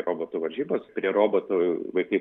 robotų varžybos prie robotų vaikai